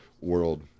world